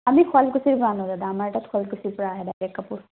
আমি শুৱালকুছিৰ পৰা আনো দাদা আমাৰ তাত শুৱালকুছিৰ পৰা আহে ডাইৰেক্ট কাপোৰ